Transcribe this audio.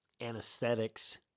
anesthetics